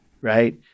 right